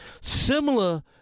similar